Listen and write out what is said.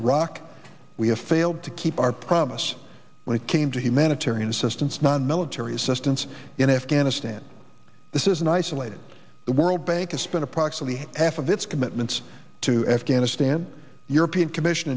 iraq we have failed to keep our promise when it came to humanitarian assistance nonmilitary assistance in afghanistan this is an isolated the world bank has spent approximately half of its commitments to afghanistan european commission